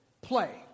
play